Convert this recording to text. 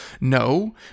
No